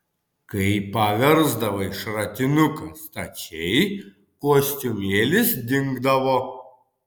kai paversdavai šratinuką stačiai kostiumėlis dingdavo